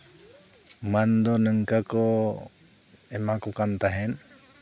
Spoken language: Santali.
ᱢᱟᱹᱱ ᱫᱚ ᱱᱚᱝᱠᱟ ᱠᱚ ᱮᱢᱟ ᱠᱚ ᱠᱟᱱ ᱛᱟᱦᱮᱸᱜ